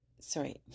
Sorry